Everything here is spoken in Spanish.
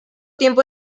tiempo